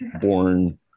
born